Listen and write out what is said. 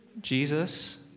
Jesus